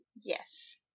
Yes